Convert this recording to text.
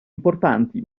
importanti